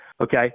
Okay